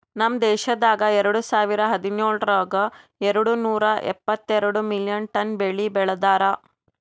ನಮ್ ದೇಶದಾಗ್ ಎರಡು ಸಾವಿರ ಹದಿನೇಳರೊಳಗ್ ಎರಡು ನೂರಾ ಎಪ್ಪತ್ತೆರಡು ಮಿಲಿಯನ್ ಟನ್ ಬೆಳಿ ಬೆ ಳದಾರ್